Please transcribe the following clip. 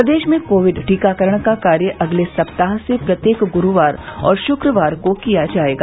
प्रदेश में कोविड टीकाकरण का कार्य अगले सप्ताह से प्रत्येक ग्रूवार और शुक्रवार को किया जायेगा